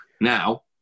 Now